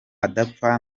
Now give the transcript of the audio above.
adapfa